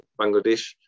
Bangladesh